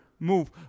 move